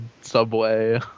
subway